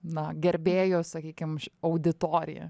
na gerbėjų sakykim auditoriją